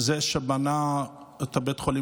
וזה טעות.